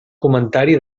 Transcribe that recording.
comentari